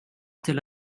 till